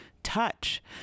Touch